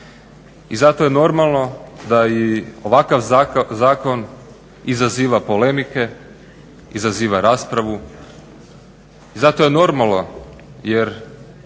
I zato je normalno da i ovakav zakon izaziva polemike, izaziva raspravu. I zato je normalno jer